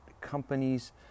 companies